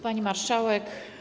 Pani Marszałek!